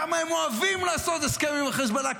כמה הם אוהבים לעשות הסכם עם החיזבאללה,